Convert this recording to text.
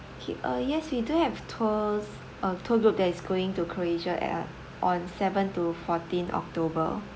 okay uh yes we do have tours uh tour group that is going to croatia at uh on seven to fourteen october